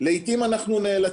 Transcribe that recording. הנהג